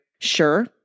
Sure